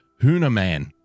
Hunaman